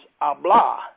Abla